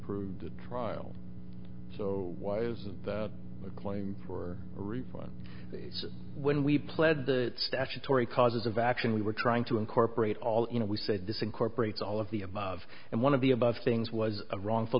proved a trial so what is the claim for a refund when we pled the statutory causes of action we were trying to incorporate all you know we said this incorporates all of the above and one of the above things was a wrongful